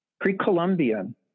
pre-Columbian